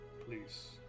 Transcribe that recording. please